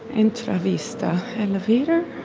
and entrevista elevator?